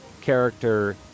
character